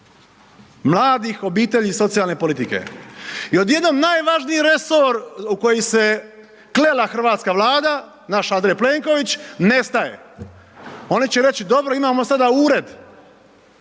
mladih, obitelji i socijalne politike i odjednom najvažniji resor u koji se klela hrvatska Vlada, naš Andrej Plenković nestaje. Oni će reći, dobro, imamo sada ured.